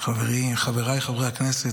חבריי חברי הכנסת,